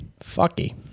fucky